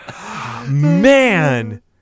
Man